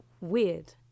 weird